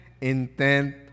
intent